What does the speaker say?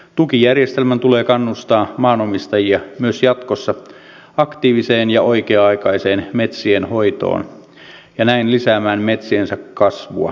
tukijärjestelmän tulee kannustaa maanomistajia myös jatkossa aktiiviseen ja oikea aikaiseen metsien hoitoon ja näin lisäämään metsiensä kasvua ja tuottoa